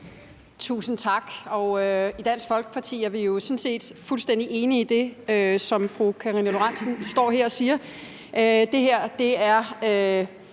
Tusind tak. I Dansk Folkeparti er vi jo sådan set fuldstændig enige i det, som fru Karina Lorentzen Dehnhardt står her og siger.